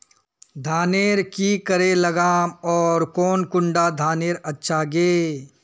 धानेर की करे लगाम ओर कौन कुंडा धानेर अच्छा गे?